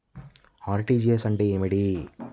RTGS అంటే ఏమిటి?